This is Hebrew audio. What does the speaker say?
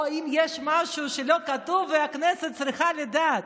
האם יש משהו שלא כתוב והכנסת צריכה לדעת?